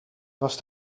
was